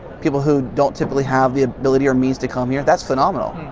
people who don't typically have the ability or means to come here, that's phenomenal.